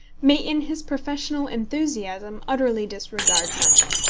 may in his professional enthusiasm utterly disregard money.